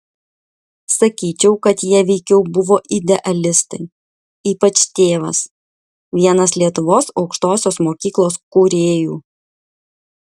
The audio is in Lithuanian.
sakyčiau kad jie veikiau buvo idealistai ypač tėvas vienas lietuvos aukštosios mokyklos kūrėjų